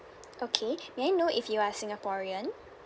okay may I know if you are singaporean